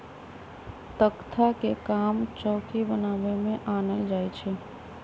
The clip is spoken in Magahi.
तकख्ता के काम चौकि बनाबे में आनल जाइ छइ